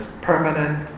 permanent